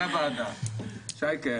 שייקה,